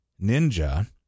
Ninja